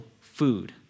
food